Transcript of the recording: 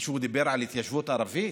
מישהו דיבר על התיישבות ערבית?